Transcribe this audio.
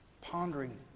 Pondering